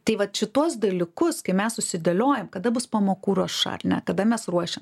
tai vat šituos dalykus kai mes susidėliojam kada bus pamokų ruoša ar ne kada mes ruošiam